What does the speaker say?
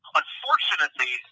unfortunately